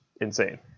insane